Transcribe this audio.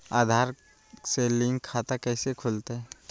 आधार से लिंक खाता कैसे खुलते?